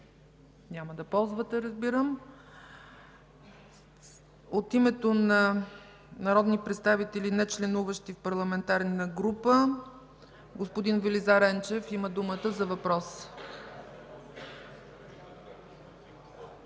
Няма да ползвате, разбирам. От името на народните представители, нечленуващи в парламентарна група – господин Велизар Енчев има думата за въпрос.